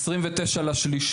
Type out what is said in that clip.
29 במרץ